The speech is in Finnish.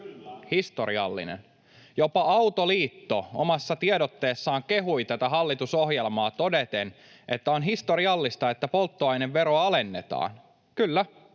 historiallinen. Jopa Autoliitto omassa tiedotteessaan kehui tätä hallitusohjelmaa todeten, että on historiallista, että polttoaineveroa alennetaan. Kyllä,